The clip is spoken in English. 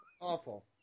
Awful